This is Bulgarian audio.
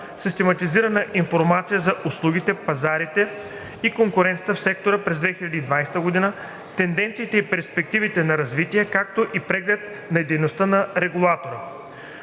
систематизирана информация за услугите, пазарите и конкуренцията в сектора през 2020 г., тенденциите и перспективите на развитие, както и преглед на дейността на Регулатора.